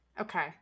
Okay